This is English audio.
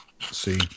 see